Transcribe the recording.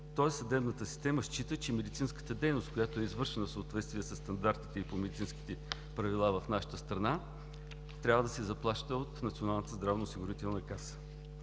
Тоест съдебната система счита, че медицинската дейност, която е извършена в съответствие със стандартите и по медицинските правила в нашата страна, трябва да се заплаща от